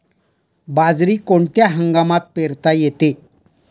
बाजरी कोणत्या हंगामात पेरता येते?